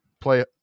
play